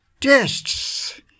tests